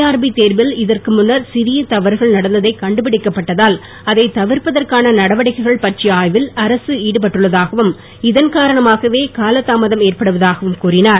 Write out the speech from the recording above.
RB தேர்வில் இதற்கு முன்னர் சிறிய தவறுகள் நடந்ததை கண்டுபிடிக்கப்பட்டதால் அதை தவிர்ப்பதற்கான நடவடிக்கைகள் பற்றிய ஆய்வில் அரசு ஈடுபட்டுள்ளதாகவும் இதன் காரணமாகவே கால தாமதம் ஏற்படுவதாகவும் கூறினார்